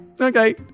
okay